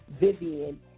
Vivian